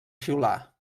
xiular